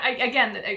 again